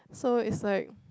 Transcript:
so it's like